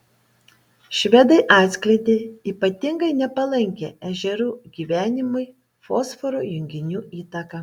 švedai atskleidė ypatingai nepalankią ežerų gyvenimui fosforo junginių įtaką